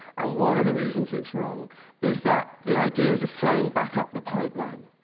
and one of the reasons it's wrong is that the ideas are flowing back up the pipeline.